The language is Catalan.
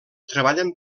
treballen